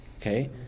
Okay